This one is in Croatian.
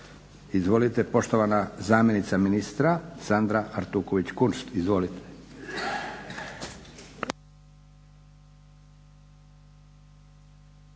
Izvolite. Poštovana zamjenica ministra, Sandra Artuković Kunšt. Izvolite.